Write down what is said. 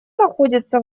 находится